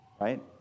right